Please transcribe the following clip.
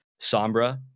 Sombra